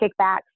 kickbacks